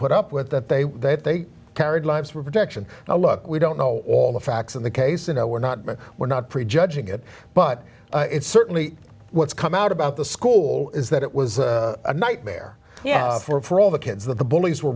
put up with that they that they carried lives for protection now look we don't know all the facts of the case you know we're not we're not prejudging it but it's certainly what's come out about the school is that it was a nightmare yeah for all the kids that the bullies were